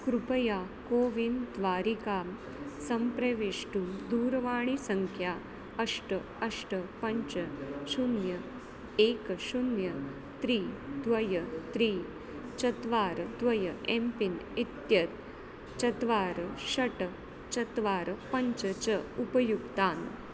कृपया कोविन् द्वारिकां सम्प्रवेष्टुं दूरवाणीसङ्ख्या अष्ट अष्ट पञ्च शून्यम् एकं शून्यं त्रीणि द्वे त्रीणि चत्वारि द्वे एम् पिन् इत्येतत् चत्वारि षट् चत्वारि पञ्च च उपयुक्तान्